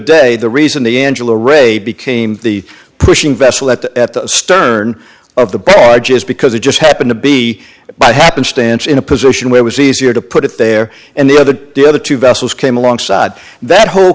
day the reason the angela ray became the pushing vessel at the stern of the board just because it just happened to be by happenstance in a position where was easier to put it there and then the other two vessels came along side that whole